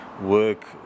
work